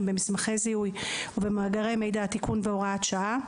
במסמכי זיהוי ובמאגרי מידע (תיקון והוראת שעה),